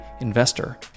investor